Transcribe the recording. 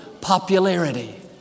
popularity